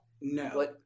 No